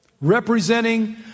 representing